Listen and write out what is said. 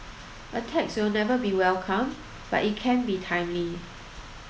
a tax will never be welcome but it can be timely